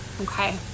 okay